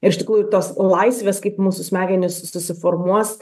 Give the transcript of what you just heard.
ir iš tikrųjų tos laisvės kaip mūsų smegenys susiformuos